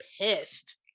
pissed